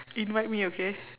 invite me okay